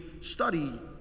study